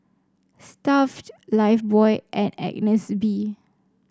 Stuff'd Lifebuoy and Agnes B